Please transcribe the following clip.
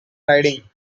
riding